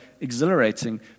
exhilarating